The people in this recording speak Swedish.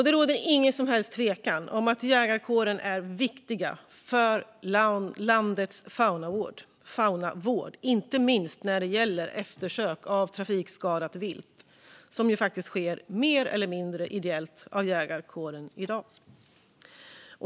Det råder ingen som helst tvekan om att jägarkåren är viktig för landets faunavård - inte minst när det gäller eftersök av trafikskadat vilt, något som faktiskt utförs mer eller mindre ideellt av jägarkåren i dag.